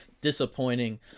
disappointing